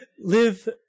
live